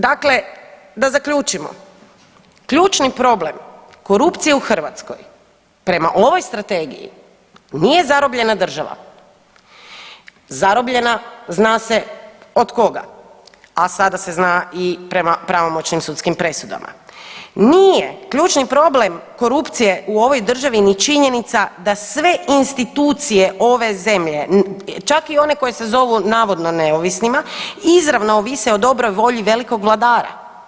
Dakle da zaključimo, ključni problem korupcije u Hrvatskoj prema ovoj strategiji nije zarobljena država, zarobljena zna se od koga, a sada se zna i prema pravomoćnim sudskim presudama, nije ključni problem korupcije u ovoj državi ni činjenica da sve institucije ove zemlje čak i one koje se zovu navodno neovisnima izravno ovise o dobroj volji velikog vladara.